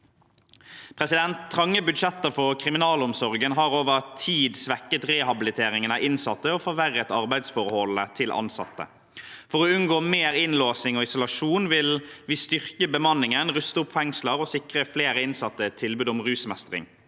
Trange budsjetter for kriminalomsorgen har over tid svekket rehabiliteringen av innsatte og forverret arbeidsforholdene til ansatte. For å unngå mer innlåsing og isolasjon vil vi styrke bemanningen, ruste opp fengsler og sikre flere innsatte tilbud om rusmestring.